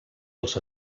els